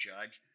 Judge